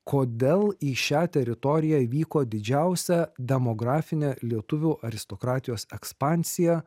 kodėl į šią teritoriją vyko didžiausia demografinė lietuvių aristokratijos ekspansija